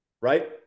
Right